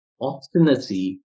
obstinacy